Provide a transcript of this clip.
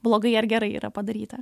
blogai ar gerai yra padaryta